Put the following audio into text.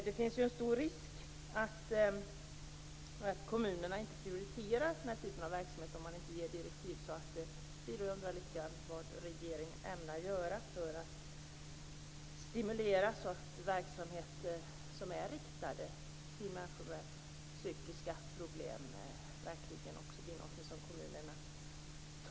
Det finns en stor risk för att kommunerna inte prioriterar denna typ av verksamhet om man inte ger direktiv om det. Vi undrar vad regeringen ämnar göra för att stimulera så att kommunerna verkligen tar i verksamheter som är riktade till människor med psykiska problem.